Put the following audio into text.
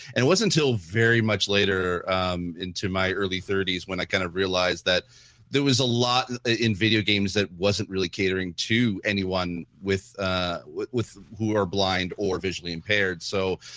and it wasn't until very much later um into my early thirty s when i kind of realised that there was a lot in video games that wasn't really catering to anyone with ah with who are blind or visually impaired. so,